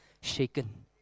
shaken